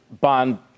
bond